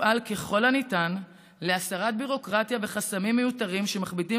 אפעל ככל הניתן להסרת ביורוקרטיה וחסמים מיותרים שמכבידים